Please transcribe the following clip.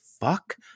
fuck